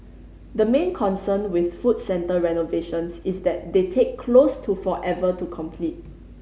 the main concern with food centre renovations is that they take close to forever to complete